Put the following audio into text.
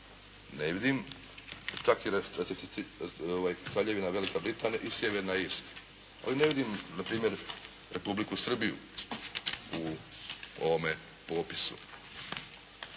ne razumije./… Kraljevina Velika Britanija i Sjeverna Irska. Ali ne vidim na primjer Republiku Srbiju u ovome popisu.